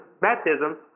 baptism